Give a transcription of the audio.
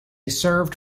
served